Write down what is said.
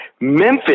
Memphis